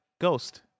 ghost